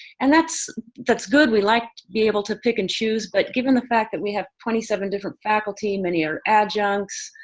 and that's that's good, we like to be able to pick and choose but given the fact that we have twenty seven different faculty. many are adjuncts.